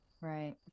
right